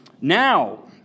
Now